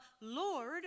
Lord